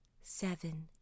seven